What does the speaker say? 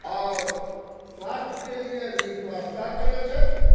आओर स्वास्थ्यके लिए भी स्वस्थ्यता करै छै